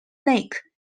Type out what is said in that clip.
lake